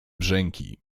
brzęki